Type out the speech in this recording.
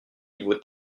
vaut